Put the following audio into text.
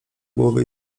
głowę